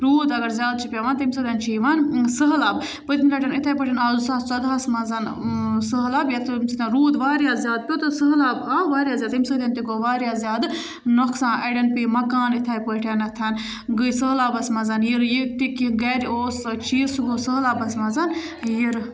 روٗد اَگَر زیادٕ چھِ پیٚوان تمہِ سۭتۍ چھِ یِوان سٔہلاب پٔتمہِ لَٹہِ یِتھَے پٲٹھۍ آو زٕ ساس ژۄدہَس منٛز سٔہلاب یَتھ ییٚمہِ سۭتۍ روٗد واریاہ زیادٕ پیٚو تہٕ سٔہلاب آو واریاہ زیادٕ تٔمۍ سۭتۍ تہِ گوٚو واریاہ زیادٕ نۄقصان اَڑیٚن پیٚے مکان یِتھَے پٲٹھۍ گٔے سٔہلابَس منٛز یِرٕ یہِ تہِ کیٚنٛہہ گَھرِ اوٗس سۄ چیٖز سُہ گوٚو سٔہلابَس منٛز یِرٕ